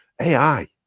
AI